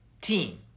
team